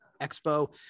Expo